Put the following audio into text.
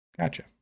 Gotcha